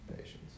patience